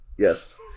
yes